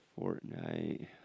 Fortnite